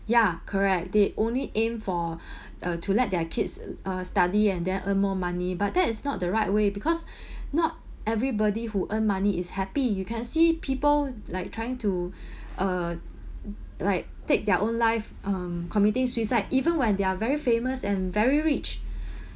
ya correct they only aim for uh to let their kids uh study and then earn more money but that is not the right way because not everybody who earn money is happy you can see people like trying to uh like take their own life um committing suicide even when they are very famous and very rich